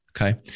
Okay